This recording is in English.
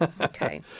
Okay